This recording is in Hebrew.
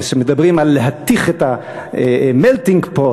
מפני שכשמדברים על להתיך את melting pot,